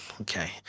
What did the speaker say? Okay